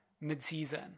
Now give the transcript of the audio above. mid-season